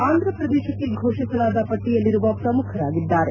ಆಂಧ್ರಪ್ರದೇಶಕ್ಕೆ ಫೋಷಿಸಲಾದ ಪಟ್ಲಯಲ್ಲಿರುವ ಪ್ರಮುಖರಾಗಿದ್ದಾರೆ